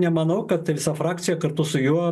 nemanau kad visa frakcija kartu su juo